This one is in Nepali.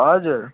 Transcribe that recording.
हजुर